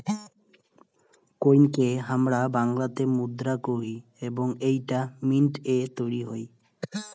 কোইনকে হামরা বাংলাতে মুদ্রা কোহি এবং এইটা মিন্ট এ তৈরী হই